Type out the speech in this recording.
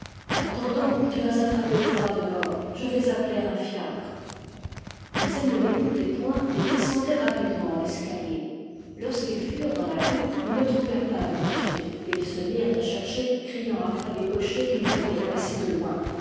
attends donc tu vas attraper froid dehors je vais appeler un fiacre imais elle ne l'écoutait point et descendait rapidement l'escalier lorsqu'ils furent dans la rue ils ne trouvèrent pas de voiture et ils se mirent à chercher criant après les cochers qu'ils voyaient passer de loin